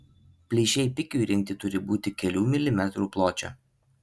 plyšiai pikiui rinkti turi būti kelių milimetrų pločio